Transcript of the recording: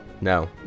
No